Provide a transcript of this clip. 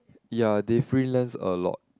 ya they freelance a lot